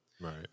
Right